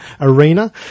arena